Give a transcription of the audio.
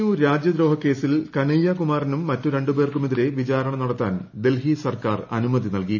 U രാജ്യദ്രോഹ കേസിൽ കനയ്യകുമാറിനും മറ്റ് രണ്ടുപേർക്കുമെതിരെ വിചാരണ നടത്താൻ ഡൽഹി സർക്കാർ അനുമതി നൽകി